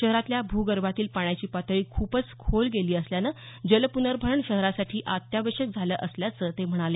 शहरातल्या भूगर्भातील पाण्याची पातळी खूपच खोल गेली असल्यानं जल पुनर्भरण शहरासाठी अत्यावश्यक झालं असल्याचं ते म्हणाले